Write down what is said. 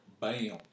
Bam